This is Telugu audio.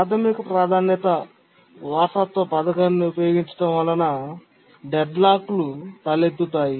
ప్రాథమిక ప్రాధాన్యత వారసత్వ పథకాన్ని ఉపయోగించడం వలన కూడా డెడ్లాక్లు తలెత్తుతాయి